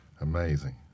amazing